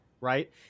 right